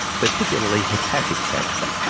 particularly hepatic cancer.